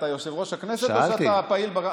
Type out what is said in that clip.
רגע, אתה יושב-ראש הכנסת או שאתה פעיל?